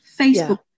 Facebook